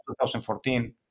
2014